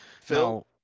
Phil